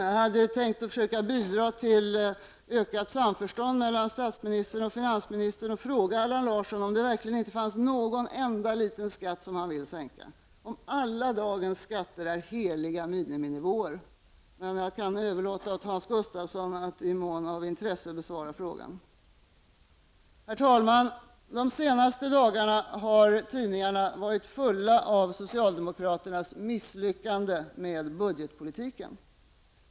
Jag hade tänkt försöka bidra till ett ökat samförstånd mellan statsministern och finansministern och fråga Allan Larsson om det verkligen inte finns någon enda liten skatt som han vill sänka, om alla dagens skatter är heliga miniminivåer. Jag kan överlåta åt Hans Gustafsson att i mån av intresse besvara frågan. Herr talman! De senaste dagarna har tidningarna varit fulla av socialdemokraternas misslyckande med budgetpolitiken.